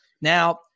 Now